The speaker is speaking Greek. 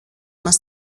μας